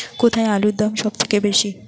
কোথায় আলুর দাম সবথেকে বেশি?